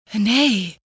Nay